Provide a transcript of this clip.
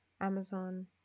Amazon